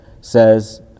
says